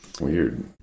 Weird